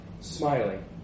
smiling